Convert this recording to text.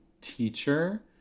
teacher